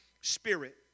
spirit